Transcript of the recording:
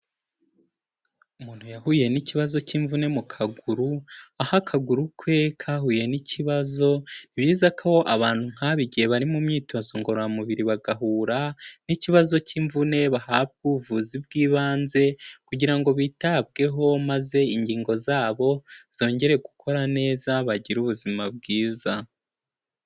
Umuntu yahuye n'ikibazo cy'imvune mu kaguru, aho akaguru ke kahuye n'ikibazo. Biza ko abantu nk'aba igihe bari mu myitozo ngororamubiri bagahura n'ikibazo cy'imvune bahabwa ubuvuzi bw'ibanze kugira ngo bitabweho maze ingingo zabo zongere gukora neza bagire ubuzima bwiza.